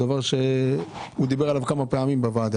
זה דבר שהוא דיבר עליו כמה פעמים בוועדה.